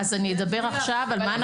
בוודאי, אדבר עכשיו על מה אנחנו עושים.